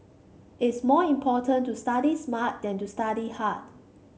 it's more important to study smart than to study hard